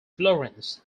florence